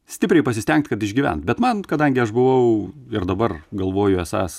stipriai pasistengt kad išgyvent bet man kadangi aš buvau ir dabar galvoju esąs